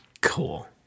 cool